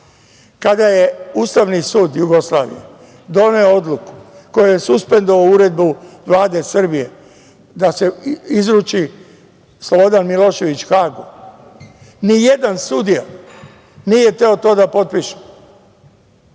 Kada je Ustavni sud Jugoslavije doneo odluku kojom je suspendovao uredbu Vlade Srbije da se izruči Slobodan Milošević Hagu, nijedan sudija nije hteo to da potpiše.